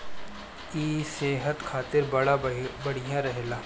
इ सेहत खातिर बड़ा बढ़िया रहेला